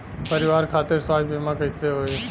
परिवार खातिर स्वास्थ्य बीमा कैसे होई?